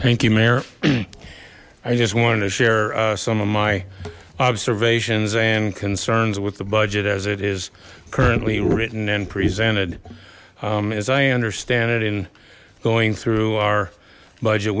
mayor i just wanted to share some of my observations and concerns with the budget as it is currently written and presented as i understand it in going through our budget